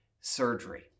surgery